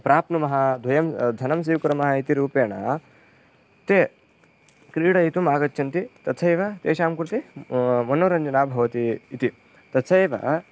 प्राप्नुमः वयं धनं स्वीकुर्मः इति रूपेण ते क्रीडितुम् आगच्छन्ति तथैव तेषां कृते मनोरञ्जनं भवति इति तथैव